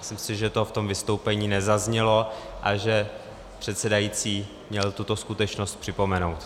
Myslím si, že to v tom vystoupení nezaznělo a že předsedající měl tuto skutečnost připomenout.